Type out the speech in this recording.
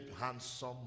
handsome